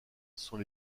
sont